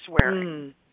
swearing